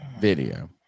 video